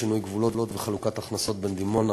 שינוי גבולות וחלוקת הכנסות בין דימונה,